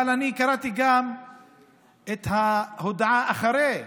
אבל קראתי גם את ההודעה אחרי הביקור,